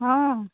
ହଁ